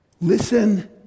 listen